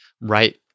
right